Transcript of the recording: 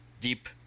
deep